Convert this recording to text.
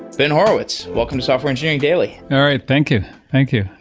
ben horowitz, welcome to software engineering daily all right. thank you. thank you.